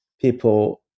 people